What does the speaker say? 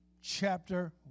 chapter